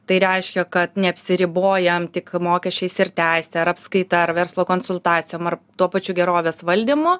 tai reiškia kad neapsiribojam tik mokesčiais ir teise ar apskaita ar verslo konsultacijom ar tuo pačiu gerovės valdymu